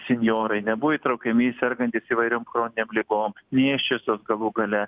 senjorai nebuvo įtraukiami sergantys įvairiom chroninėm ligom nėščiosios galų gale